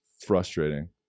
frustrating